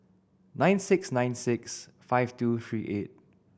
nine six nine six five two three eight